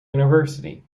university